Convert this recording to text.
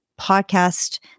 podcast